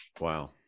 Wow